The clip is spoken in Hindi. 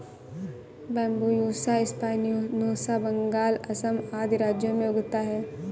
बैम्ब्यूसा स्पायनोसा बंगाल, असम आदि राज्यों में उगता है